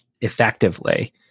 effectively